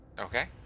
Okay